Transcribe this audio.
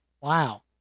wow